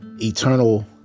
eternal